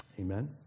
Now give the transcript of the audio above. Amen